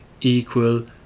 equal